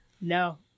no